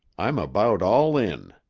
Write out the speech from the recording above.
i'm about all in.